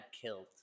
killed